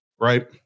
right